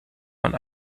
man